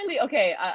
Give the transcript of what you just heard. okay